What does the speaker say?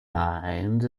mines